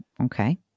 Okay